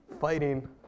fighting